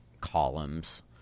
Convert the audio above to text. columns